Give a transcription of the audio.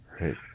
Right